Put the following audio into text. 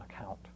account